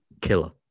killer